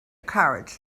courage